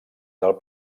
del